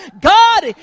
god